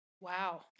Wow